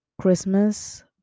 Christmas